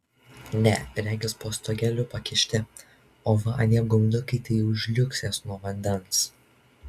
ne regis po stogeliu pakišti o va anie guminukai tai jau žliugsės nuo vandens